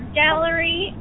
gallery